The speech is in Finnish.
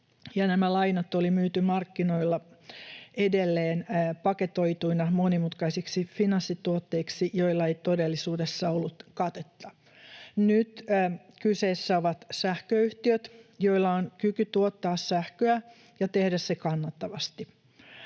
nämä lainat oli myyty markkinoilla edelleen paketoituina monimutkaisiksi finanssituotteiksi, joilla ei todellisuudessa ollut katetta. Nyt kyseessä ovat sähköyhtiöt, joilla on kyky tuottaa sähköä ja tehdä se kannattavasti.